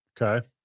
Okay